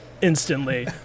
instantly